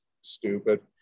stupid